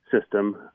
system